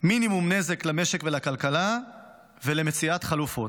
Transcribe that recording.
מינימום נזק למשק ולכלכלה ולמצוא חלופות.